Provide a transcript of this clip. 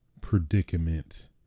predicament